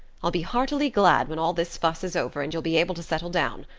i'll be heartily glad when all this fuss is over and you'll be able to settle down.